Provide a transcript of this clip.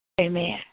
amen